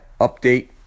update